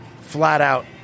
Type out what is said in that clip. flat-out